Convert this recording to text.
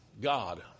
God